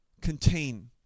contain